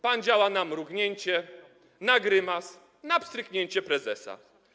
Pan działa na mrugnięcie, na grymas, na pstryknięcie prezesa.